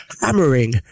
hammering